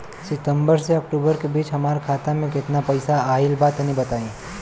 सितंबर से अक्टूबर के बीच हमार खाता मे केतना पईसा आइल बा तनि बताईं?